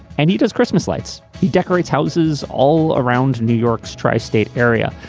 and he does christmas lights. he decorates houses all around new york's tri-state area.